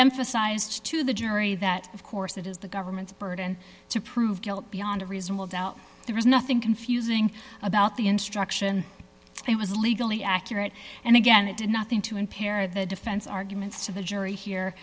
emphasize to the jury that of course that is the government's burden to prove guilt beyond a reasonable doubt there is nothing confusing about the instruction i was legally accurate and again it did nothing to impair the defense arguments to the jury here